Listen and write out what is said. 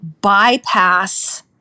bypass